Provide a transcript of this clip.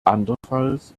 andernfalls